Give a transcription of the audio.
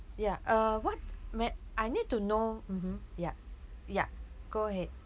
ya uh what ma~ I need to know mmhmm yup yup go ahead